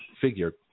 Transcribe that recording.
figure